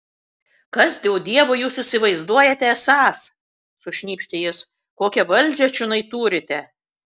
kas dėl dievo jūs įsivaizduojate esąs sušnypštė jis kokią valdžią čionai turite